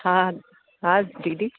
हा हा दीदी